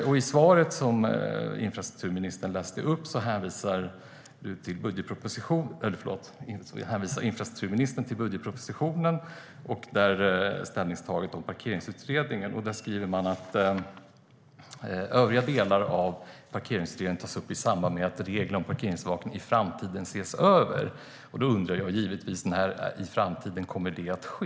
I svaret från infrastrukturministern hänvisar hon till ställningstagandet om Parkeringsutredningen i budgetpropositionen. Där skriver man att övriga delar av Parkeringsutredningen tas upp i samband med att reglerna om parkeringsövervakning i framtiden ses över. Då undrar jag givetvis: När i framtiden kommer det att ske?